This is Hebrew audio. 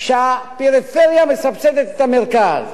שהפריפריה מסבסדת את המרכז.